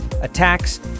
attacks